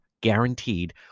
Guaranteed